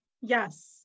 yes